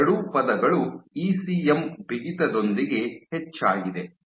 ಈ ಎರಡೂ ಪದಗಳು ಇಸಿಎಂ ಬಿಗಿತದೊಂದಿಗೆ ಹೆಚ್ಚಾಗಿದೆ